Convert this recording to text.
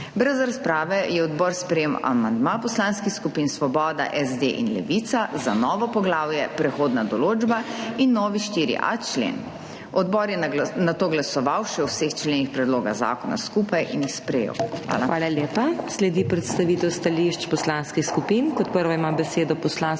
Brez razprave je odbor sprejel amandma poslanskih skupin Svoboda, SD in Levica za novo poglavje Prehodna določba in novi 4.a člen. Odbor je nato glasoval še o vseh členih predloga zakona skupaj in jih sprejel. Hvala. **PODPREDSEDNICA MAG. MEIRA HOT:** Hvala lepa. Sledi predstavitev stališč poslanskih skupin.